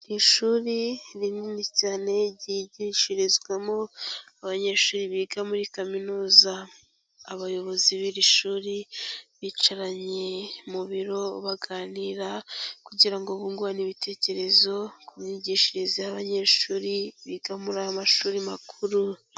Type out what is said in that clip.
Ishuri rinini cyane ryigishirizwamo abanyeshuri biga muri kaminuza. Abayobozi b'iri shuri bicaranye mu biro baganira kugira ngo bungurane ibitekerezo ku myigishirize y'abanyeshuri biga muri aya mashuri makuru.